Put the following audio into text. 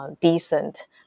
decent